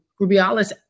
Rubiales